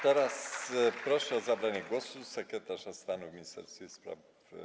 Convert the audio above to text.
Teraz proszę o zabranie głosu sekretarza stanu w ministerstwie spraw.